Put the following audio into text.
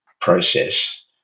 process